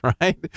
right